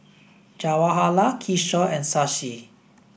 Jawaharlal Kishore and Shashi